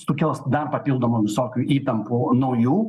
sukels dar papildomų visokių įtampų naujų